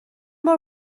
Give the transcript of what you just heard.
بار